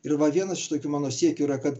ir va vienas iš tokių mano siekių yra kad